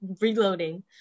reloading